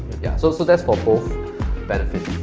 yeah so so that's for both benefits.